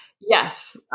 Yes